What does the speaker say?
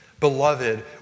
Beloved